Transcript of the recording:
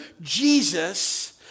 Jesus